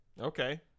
Okay